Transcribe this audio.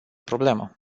problemă